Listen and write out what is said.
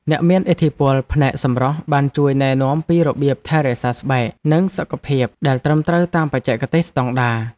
អ្នកមានឥទ្ធិពលផ្នែកសម្រស់បានជួយណែនាំពីរបៀបថែរក្សាស្បែកនិងសុខភាពដែលត្រឹមត្រូវតាមបច្ចេកទេសស្តង់ដារ។